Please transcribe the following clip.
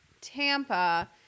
Tampa